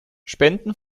spenden